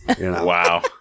Wow